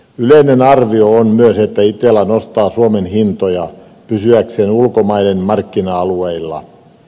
yleinen arvio on myös että itella nostaa suomen hintoja pysyäkseen ulkomaiden markkina alueilla